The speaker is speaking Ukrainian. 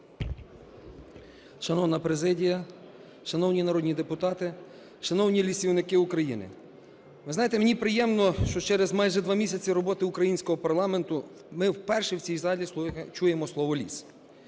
Шановна президія, шановні народні депутати, шановні лісівники України! Ви знаєте, мені приємно, що через майже два місяці роботи українського парламенту, ми вперше в цій залі чуємо слово "ліс".